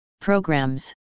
programs